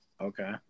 Okay